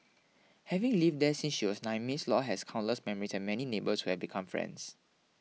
having lived there since she was nine Miss Law has countless memory and many neighbors who have become friends